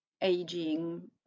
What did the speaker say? aging